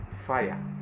fire